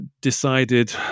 decided